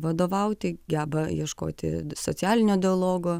geba vadovauti geba ieškoti socialinio dialogo